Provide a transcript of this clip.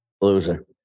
Loser